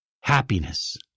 happiness